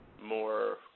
more